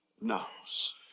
knows